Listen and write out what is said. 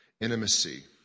intimacy